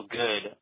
good